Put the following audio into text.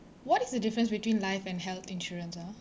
what is the difference between life and health insurance ah